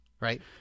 right